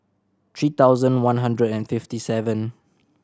three thousand one hundred and fifty seven